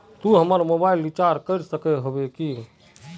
तू हमर mobile recharge कर सके होबे की?